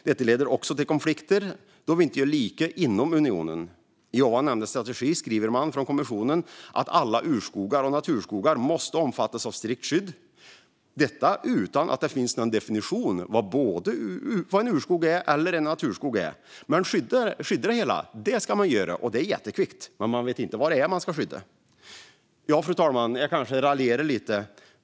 Detta leder också till konflikter då vi inte gör lika inom unionen. I strategin skriver kommissionen att alla urskogar och naturskogar måste omfattas av strikt skydd - detta utan att det finns någon definition av vad vare sig en urskog eller en naturskog är. Skydda det hela ska man göra, och det jättekvickt, men man vet inte vad det är man ska skydda. Ja, fru talman, jag kanske raljerar lite.